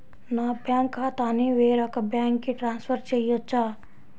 నా బ్యాంక్ ఖాతాని వేరొక బ్యాంక్కి ట్రాన్స్ఫర్ చేయొచ్చా?